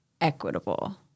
equitable